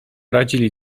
radzili